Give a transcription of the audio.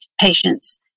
patients